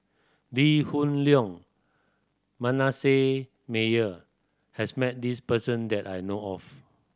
Lee Hoon Leong Manasseh Meyer has met this person that I know of